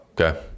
Okay